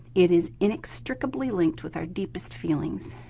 it is inextricably linked with our deepest feelings,